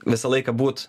visą laiką būt